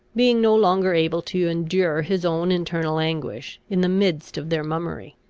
being no longer able to endure his own internal anguish, in the midst of their mummery.